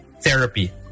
therapy